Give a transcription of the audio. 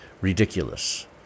ridiculous